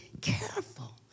careful